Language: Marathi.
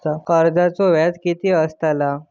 कर्जाचो व्याज कीती असताला?